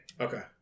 Okay